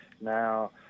Now